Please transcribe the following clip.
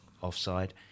offside